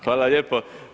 Hvala lijepo.